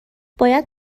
باید